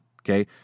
okay